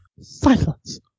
Silence